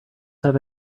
have